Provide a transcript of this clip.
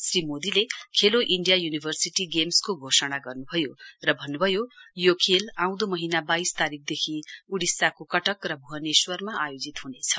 श्री मोदीले Khelo India university गेम्सको घोषणा गर्नुभयो र भन्नुभयो यो खेल आउँदो महिना वाइस तारीकदेखि उड़िसाको कटक र भूवनेश्वरमा आयोजित हनेछ